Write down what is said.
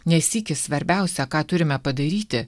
nes sykį svarbiausia ką turime padaryti